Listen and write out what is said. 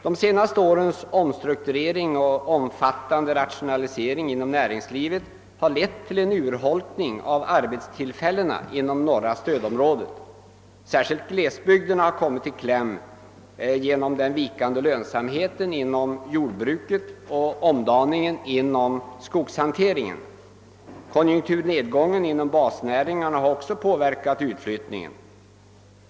De senaste årens omstrukturering och omfattande rationalisering inom näringslivet har lett till en urholkning av arbetstillfällena inom norra stödområdet. Särskilt glesbygderna har kommit i kläm genom den vikande lönsamheten inom jordbruket och omdaningen inom skogshanteringen. Konjunkturnedgången inom basnäringarna har också påverkat utflyttningen.